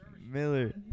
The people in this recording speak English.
Miller